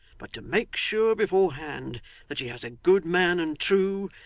but to make sure beforehand that she has a good man and true,